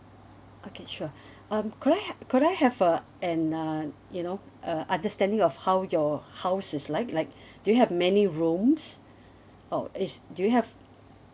okay sure um could I ha~ could I have uh an uh you know uh understanding of how your house is like like do you have many rooms or is do you have